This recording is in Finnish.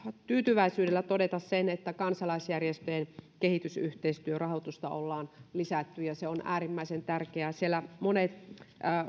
tyytyväisyydellä todeta sen että kansalaisjärjestöjen kehitysyhteistyörahoitusta ollaan lisätty se on äärimmäisen tärkeää siellä monet